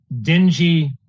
dingy